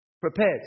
Prepared